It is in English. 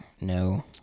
no